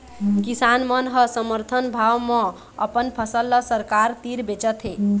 किसान मन ह समरथन भाव म अपन फसल ल सरकार तीर बेचत हे